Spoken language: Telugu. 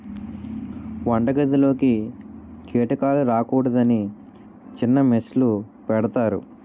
వంటగదిలోకి కీటకాలు రాకూడదని చిన్న మెష్ లు పెడతారు